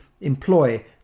employ